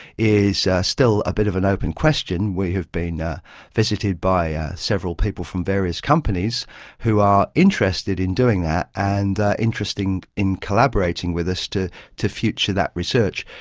is still a bit of an open question. we have been ah visited by several people from various companies who are interested in doing that and interested in collaborating with us to to future that research.